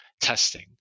testing